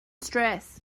stress